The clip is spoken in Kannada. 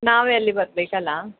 ನಾವೇ ಅಲ್ಲಿ ಬರ್ಬೇಕು ಅಲ್ಲ